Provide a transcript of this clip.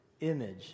image